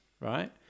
Right